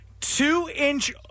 two-inch